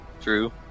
True